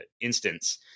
instance